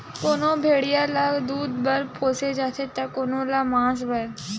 कोनो भेड़िया ल दूद बर पोसे जाथे त कोनो ल मांस बर